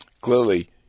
clearly